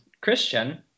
Christian